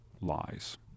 lies